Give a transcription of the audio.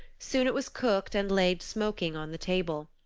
soon it was cooked and laid smoking on the table.